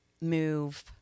move